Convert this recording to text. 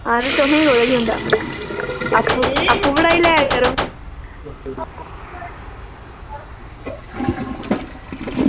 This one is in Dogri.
ते तुसेंगी कोह्दा औंदा ते आपूं पढ़ाई लैयो